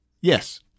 Yes